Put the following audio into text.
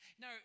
Now